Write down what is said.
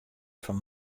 fan